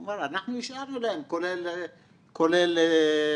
הם אמרו: אנחנו השארנו להם, כולל תכשיטים